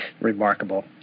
remarkable